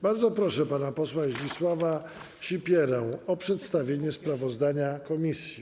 Bardzo proszę pana posła Zdzisława Sipierę o przedstawienie sprawozdania komisji.